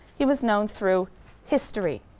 he was known through history,